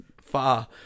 far